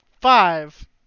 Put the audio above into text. five